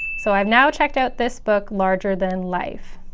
so i've now checked out this book larger than life.